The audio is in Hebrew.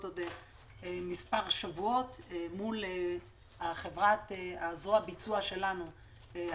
עוד כמה שבועות מול חברת זרוע הביצוע שלנו,